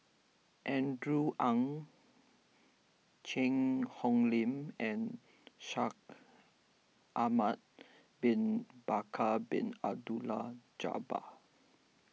Andrew Ang Cheang Hong Lim and Shaikh Ahmad Bin Bakar Bin Abdullah Jabbar